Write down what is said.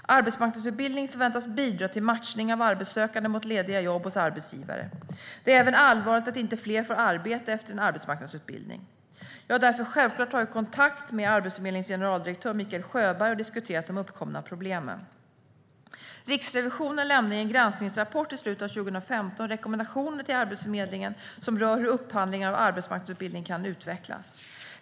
Arbetsmarknadsutbildning förväntas bidra till matchning av arbetssökande mot lediga jobb hos arbetsgivare. Det är även allvarligt att inte fler får arbete efter en arbetsmarknadsutbildning. Jag har därför självklart tagit kontakt med Arbetsförmedlingens generaldirektör Mikael Sjöberg och diskuterat de uppkomna problemen. Riksrevisionen lämnade i en granskningsrapport i slutet av 2015 rekommendationer till Arbetsförmedlingen som rör hur upphandlingar av arbetsmarknadsutbildning kan utvecklas.